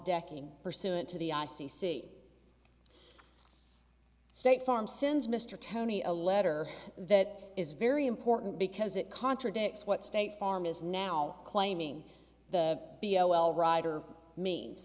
decking pursuant to the i c c state farm since mr tony a letter that is very important because it contradicts what state farm is now claiming the b o l rider means